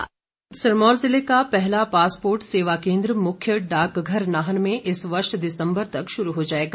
वीरेन्द्र कश्यप सिरमौर जिले का पहला पासपोर्ट सेवा केंद्र मुख्य डाकघर नाहन में इस वर्ष दिसंबर तक शुरू हो जाएगा